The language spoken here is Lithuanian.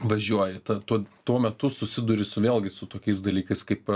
važiuoji tuo tuo metu susiduri su vėlgi su tokiais dalykais kaip